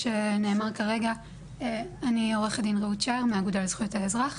אני עו"ד רעות שאער מהאגודה לזכויות האזרח.